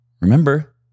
Remember